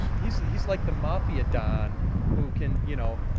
he's he's like the mafia don who can, you know,